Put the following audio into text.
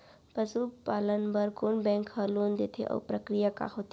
पसु पालन बर कोन बैंक ह लोन देथे अऊ प्रक्रिया का होथे?